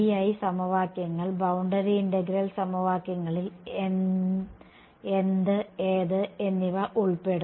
BI സമവാക്യങ്ങൾ boundary integral സമവാക്യങ്ങളിൽ എന്ത് ഏത് എന്നിവ ഉൾപ്പെടുന്നു